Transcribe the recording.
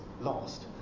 lost